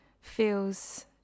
feels